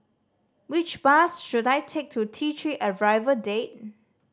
which bus should I take to T Three Arrival Drive